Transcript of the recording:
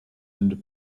and